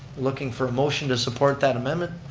looking for a motion to support that amendment.